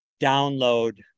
download